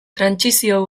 trantsizio